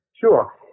Sure